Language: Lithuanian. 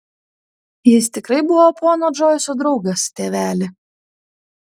jis tikrai buvo pono džoiso draugas tėveli